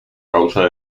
causa